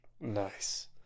Nice